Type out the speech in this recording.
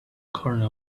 corner